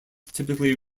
typically